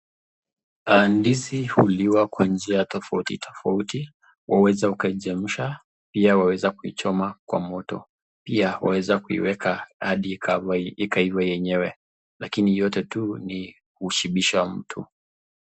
Ndizi huliwa kwa njia tofauti tofauti. Waweza ukaichemsha, pia waweza ukaichoma kwa moto. Pia waweza kuiweka hadi ikaiva yenyewe. Lakini yote tu ni kushibisha mtu.